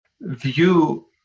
view